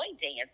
dance